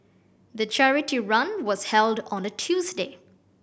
the charity run was held on a Tuesday